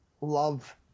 love